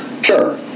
sure